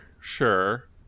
sure